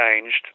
changed